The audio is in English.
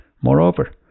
Moreover